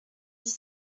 dix